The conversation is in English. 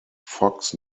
fox